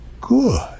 good